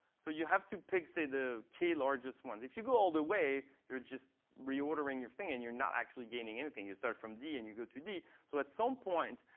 so you have to pick, say, the k largest one. if you go all the way, you're just reordering your thing, and you're not actually gaining anything. you start from d and you go too d. so at some point,